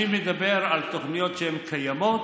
אני מדבר על תוכניות שהן קיימות,